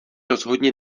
rozhodně